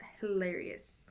hilarious